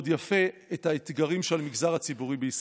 יפה את האתגרים של המגזר הציבורי בישראל.